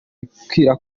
bibwira